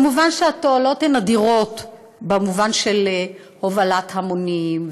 מובן שהתועלות הן אדירות במובן של הובלת המונים,